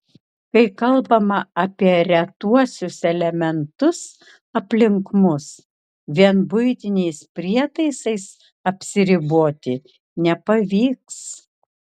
kai kalbama apie retuosius elementus aplink mus vien buitiniais prietaisais apsiriboti nepavyks